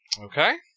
Okay